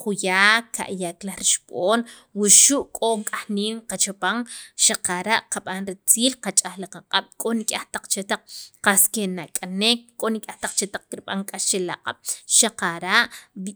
juyak ka'yak laj rixib'on wuxu' k'o k'ay nin qachapan xaqara' qab'an ritziil qach'aj qaq'ab', k'o nik'yaj chetaq qas kenak'anek k'o nik'yaj taq chetaq kirb'an k'ax che la q'ab' xaqara'